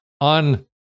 on